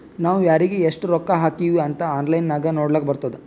ನಾವ್ ಯಾರಿಗ್ ಎಷ್ಟ ರೊಕ್ಕಾ ಹಾಕಿವ್ ಅಂತ್ ಆನ್ಲೈನ್ ನಾಗ್ ನೋಡ್ಲಕ್ ಬರ್ತುದ್